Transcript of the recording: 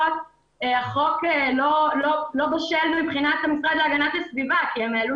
החוק לא בשל מבחינת המשרד להגנת הסביבה כי הם העלו